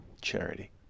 charity